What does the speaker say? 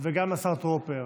וגם השר טרופר